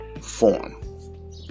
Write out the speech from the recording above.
form